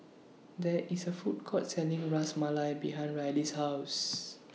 There IS A Food Court Selling Ras Malai behind Rylee's House